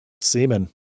semen